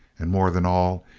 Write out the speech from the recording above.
and more than all,